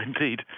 indeed